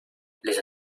les